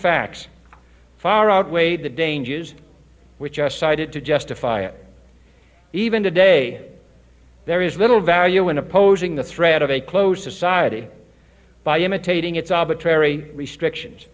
facts far outweighed the dangers which are cited to justify it even today there is little value in opposing the threat of a closed society by imitating its opposite terry restrictions